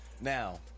Now